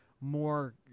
more